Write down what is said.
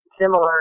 similar